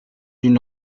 d’un